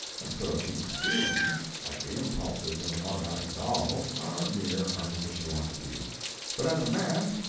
and so a king's feelings, like the impulses of an automatic doll, are mere artificialities but as a man,